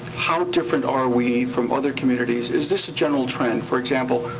how different are we from other communities? is this a general trend? for example,